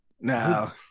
Now